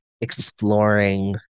exploring